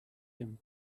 him